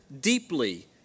deeply